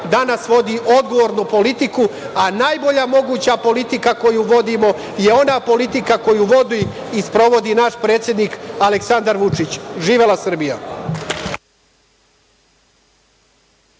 danas vodi odgovornu politiku, a najbolja moguća politika koju vodimo je ona politika koju vodi i sprovodi naš predsednik Aleksandar Vučić. Živela Srbija!